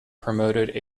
promoted